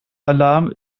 alarm